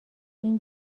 این